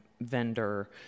vendor